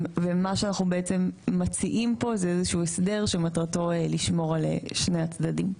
ומה שאנחנו מציעים הוא איזשהו הסדר שמטרתו לשמור על שני הצדדים.